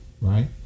right